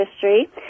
history